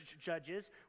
judges